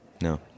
No